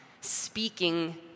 speaking